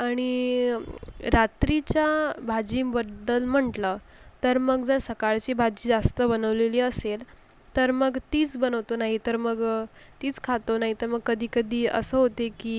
आणि रात्रीच्या भाजींबद्दल म्हटलं तर मग जर सकाळची भाजी जास्त बनवलेली असेल तर मग तीस बनवतो नाही तर मग तीच खातो नाही तर मग कधी कधी असं होते की